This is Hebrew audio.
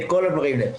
את כל הדברים האלה.